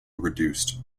reduced